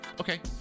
okay